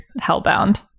Hellbound